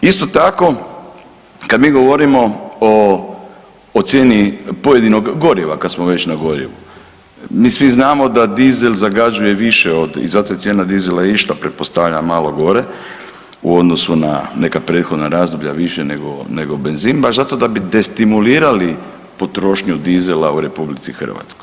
Isto tako, kad mi govorimo o cijeni pojedinog goriva kad smo već na gorivu, mi svi znamo da dizel zagađuje više od i zato je cijena dizela i išla pretpostavljam malo gore u odnosu na neka prethodna razdoblja, više nego, nego benzin baš zato da bi destimulirali potrošnju dizela u RH.